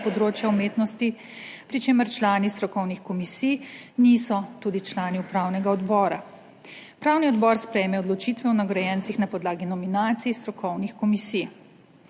področja umetnosti, pri čemer člani strokovnih komisij niso tudi člani upravnega odbora. Upravni odbor sprejme odločitve o nagrajencih na podlagi nominacij strokovnih komisij.